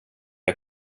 jag